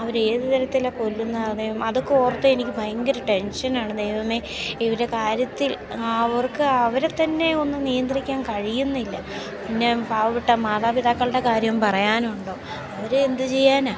അവർ ഏത് തരത്തിലാണ് കൊല്ലുന്നത് അതൊക്കെ ഓർത്താൽ എനിക്ക് ഭയങ്കര ടെൻഷനാണ് ദൈവമേ ഇവരെ കാര്യത്തിൽ അവർക്ക് അവരെ തന്നെ ഒന്നു നിയന്ത്രിക്കാൻ കഴിയുന്നില്ല പിന്നെ പാവപ്പെട്ട മാതാപിതാക്കളുടെ കാര്യം പറയാനുണ്ടോ അവരെ എന്തു ചെയ്യാനാണ്